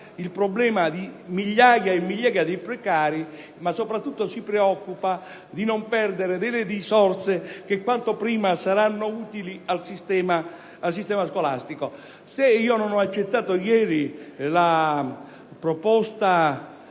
il problema di migliaia e migliaia di precari, ma soprattutto si preoccupa di non perdere risorse che quanto prima saranno utili al sistema scolastico. Se non ho accettato ieri la proposta